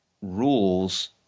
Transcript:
rules